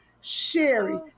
Sherry